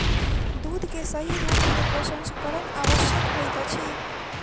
दूध के सही रूप में प्रसंस्करण आवश्यक होइत अछि